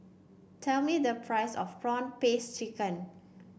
tell me the price of prawn paste chicken